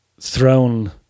thrown